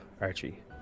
Archie